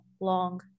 long